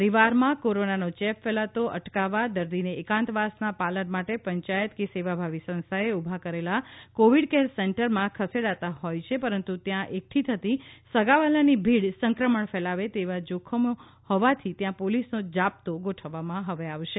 પરિવારમાં કોરોનાનો ચેપ ફેલાતો અટકાવવા દર્દીને એકાંતવાસના પાલન માટે પંચાયત કે સેવાભાવી સંસ્થાએ ઊભા કરેલા કોવિડ કેર સેન્ટરમાં ખસેડાતા હોય છે પરંતુ ત્યાં એકઠી થતી સગાવહાલાની ભીડ સંક્રમણ ફેલાવે તેવી જોખમી હોવાથી ત્યાં પોલીસનો જાપ્તો ગોઠવવામાં હવે આવશે